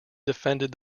defended